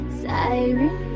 siren